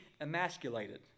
emasculated